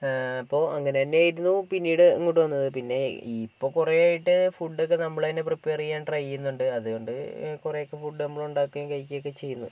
അപ്പോൾ അങ്ങനെ തന്നെ ആയിരുന്നു പിന്നീട് അങ്ങോട്ട് വന്നത് പിന്നെ ഇപ്പോൾ കുറെ ആയിട്ട് ഫുഡ് ഒക്കെ നമ്മൾ തന്നെ പ്രീപെയർ ചെയ്യാൻ ട്രൈ ചെയ്യുന്നുണ്ട് അതുകൊണ്ട് കുറെ ഒക്കെ ഫുഡ് നമ്മൾ ഉണ്ടാക്കുകയും കഴിക്കുകയും ഒക്കെ ചെയ്യുന്നു